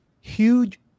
huge